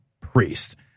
priest